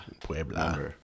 Puebla